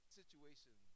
situation